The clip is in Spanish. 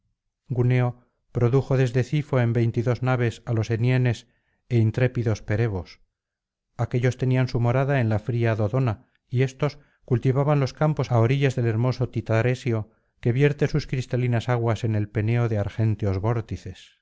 guneo condujo desde cifoen veintidós naves á los enienes é intrépidos perebos aquéllos tenían su morada en la fría doc'ona y éstos cultivaban los campos á orillas del hermoso titaresio que vierte sus cristalinas aguas en el peneo de argénteos vórtices